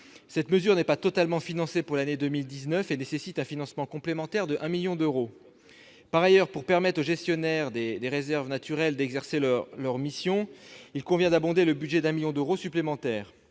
Cette mesure n'est pas totalement financée pour l'année 2019 et nécessite un financement complémentaire de un million d'euros. Par ailleurs, pour permettre aux gestionnaires des réserves naturelles d'exercer leur mission, il convient d'augmenter le budget de un million d'euros supplémentaires.